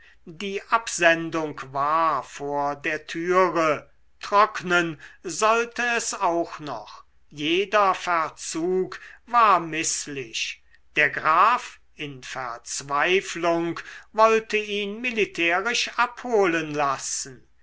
die absendung war vor der türe trocknen sollte es auch noch jeder verzug war mißlich der graf in verzweiflung wollte ihn militärisch abholen lassen